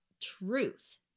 truth